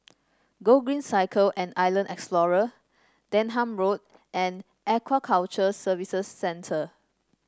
Gogreen Cycle and Island Explorer Denham Road and Aquaculture Services Centre